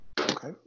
Okay